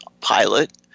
pilot